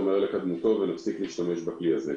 מהר לקדמותו ונפסיק להשתמש בכלי הזה.